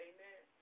Amen